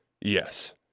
yes